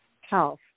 health